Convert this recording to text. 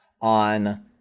on